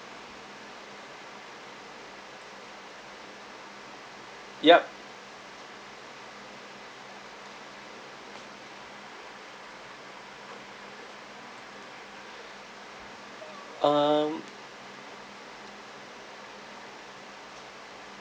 yup um